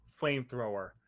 flamethrower